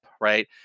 right